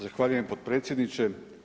Zahvaljujem potpredsjedniče.